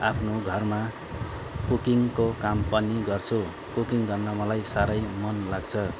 आफ्नो घरमा कुकिङको काम पनि गर्छु कुकिङ गर्न मलाई साह्रै मन लाग्छ